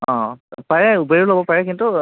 অঁ পাৰে উবেৰো ল'ব পাৰে কিন্তু